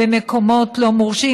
במקומות לא מורשים,